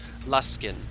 Luskin